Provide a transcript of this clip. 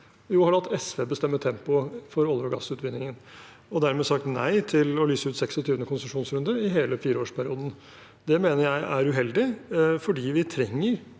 har latt SV bestemme tempoet for oljeog gassutvinningen og dermed sagt nei til å lyse ut 26. konsesjonsrunde i hele fireårsperioden. Det mener jeg er uheldig, for vi trenger